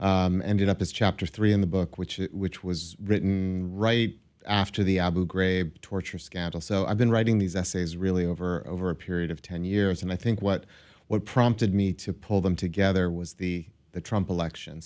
one ended up as chapter three in the book which is which was written right after the abu ghraib torture scandal so i've been writing these essays really over over a period of ten years and i think what what prompted me to pull them together was the the trump election